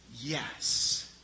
yes